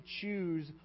choose